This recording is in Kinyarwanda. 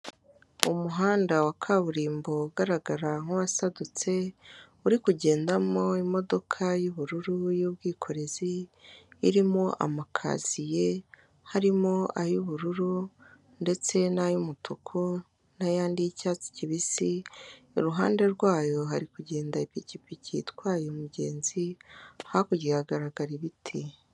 Umuhanda wa kaburimbo ugaragara nk'uwasadutse uri kugendamo imodoka y'ubururu y'ubwikorezi irimo amakaziye harimo ay'ubururu ndetse n'ay'umutuku n'ayandi y'icyatsi kibisi, iruhande rwayo hari kugenda ipikipiki itwaye umugenzi hakurya hagaragara ibiti.